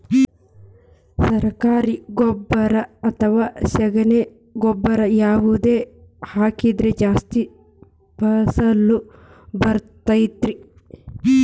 ಸರಕಾರಿ ಗೊಬ್ಬರ ಅಥವಾ ಸಗಣಿ ಗೊಬ್ಬರ ಯಾವ್ದು ಹಾಕಿದ್ರ ಜಾಸ್ತಿ ಫಸಲು ಬರತೈತ್ರಿ?